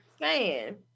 Man